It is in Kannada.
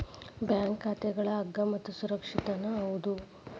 ಬ್ಯಾಂಕ್ ಖಾತಾಗಳು ಅಗ್ಗ ಮತ್ತು ಸುರಕ್ಷಿತನೂ ಹೌದು